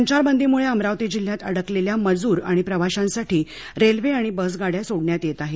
संचारबंदीमुळे अमरावती जिल्ह्यात अडकलेल्या मजूर आणि प्रवाशांसाठी रेल्वे बस सोडण्यात येत आहेत